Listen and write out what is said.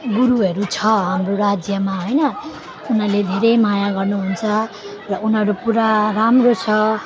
गुरुहरू छ हाम्रो राज्यमा होइन उनीहरूले धेरै माया गर्नुहुन्छ र उनीहरू पुरा राम्रो छ